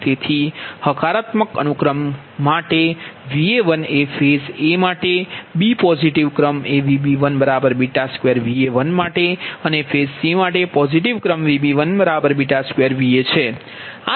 તેથી હકારાત્મક અનુક્રમ માટે Va1 એ ફેઝ a માટે b પોઝીટીવ ક્રમ એ Vb12Va1 માટે અને ફેઝ C માટે પોઝીટીવ ક્રમ Vb12Va1 છે